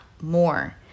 more